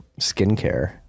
skincare